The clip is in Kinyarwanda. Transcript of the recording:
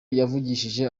yavugishije